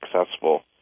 successful